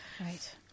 Right